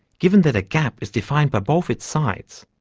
given that a gap is defined by both its sides,